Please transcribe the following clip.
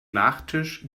nachtisch